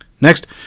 Next